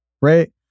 right